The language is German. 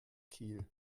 kiel